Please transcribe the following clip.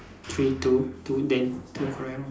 three two two then two correct lor